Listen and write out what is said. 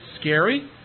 scary